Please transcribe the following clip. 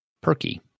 Perky